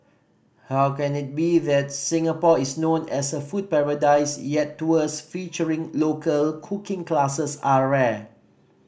how can it be that Singapore is known as a food paradise yet tours featuring local cooking classes are rare